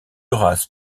races